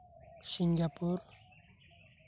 Singapore